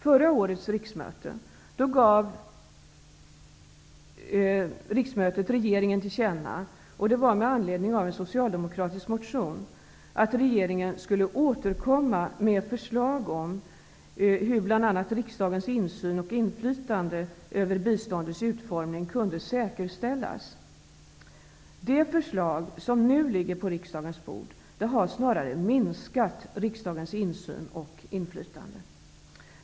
Under förra riksmötet gav riksdagen regeringen till känna, med anledning av en socialdemokratisk motion, att regeringen skulle återkomma med förslag om hur bl.a. riksdagens insyn och inflytande över biståndets utformning kunde säkerställas. Det förslag som nu ligger på riksdagens bord har snarare minskat riksdagens insyn och inflytande.